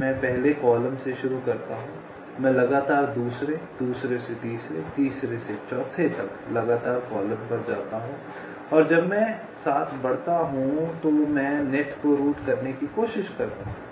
मैं पहले कॉलम से शुरू करता हूं मैं लगातार दूसरे दूसरे से तीसरे तीसरे से चौथे तक लगातार कॉलम पर जाता हूं और जब मैं साथ बढ़ता हूं तो मैं नेट को रूट करने की कोशिश करता हूं